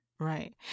Right